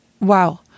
wow